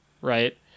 right